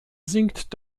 sinkt